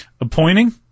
Appointing